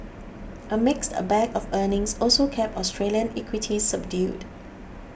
a mixed a bag of earnings also kept Australian equities subdued